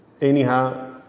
anyhow